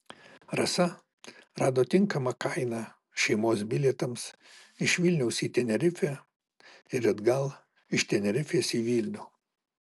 rasa rado tinkamą kainą šeimos bilietams iš vilniaus į tenerifę ir atgal iš tenerifės į vilnių